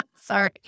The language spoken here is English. Sorry